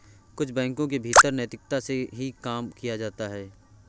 कुछ बैंकों के भीतर नैतिकता से ही काम किया जाता है